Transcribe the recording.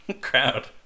crowd